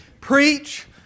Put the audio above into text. Preach